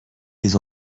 des